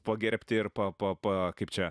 pagerbti ir pa pa pa kaip čia